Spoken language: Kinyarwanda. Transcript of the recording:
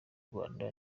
rwanda